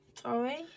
Sorry